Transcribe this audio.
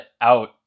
out